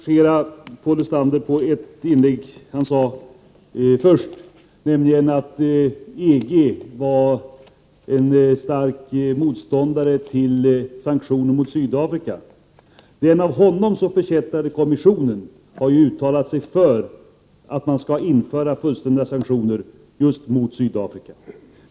Herr talman! Jag vill först korrigera Paul Lestander på en punkt. Han sade i sitt anförande att EG var stark motståndare till sanktioner mot Sydafrika. Den av honom så förkättrade kommissionen har ju uttalat sig för att man skall införa fullständiga sanktioner mot Sydafrika.